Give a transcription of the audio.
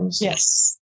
Yes